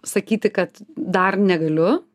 sakyti kad dar negaliu